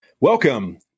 Welcome